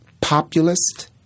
populist